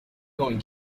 going